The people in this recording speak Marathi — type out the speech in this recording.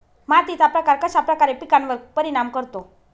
मातीचा प्रकार कश्याप्रकारे पिकांवर परिणाम करतो?